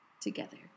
together